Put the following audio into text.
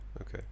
Okay